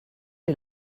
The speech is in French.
est